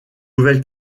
nouvelle